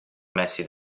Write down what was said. messi